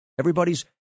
Everybody's